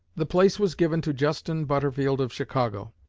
the place was given to justin butterfield of chicago.